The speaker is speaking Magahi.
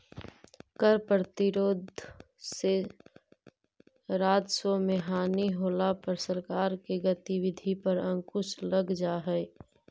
कर प्रतिरोध से राजस्व के हानि होला पर सरकार के गतिविधि पर अंकुश लग जा हई